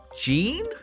Gene